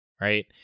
right